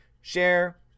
share